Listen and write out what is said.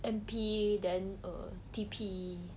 N_P then err T_P